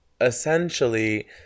essentially